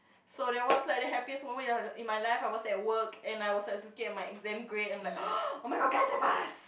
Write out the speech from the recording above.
so that was like the happiest moment in my life I was in work and I was like looking at my exam grade and I'm like oh-my-god guys I passed